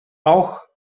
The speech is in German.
auch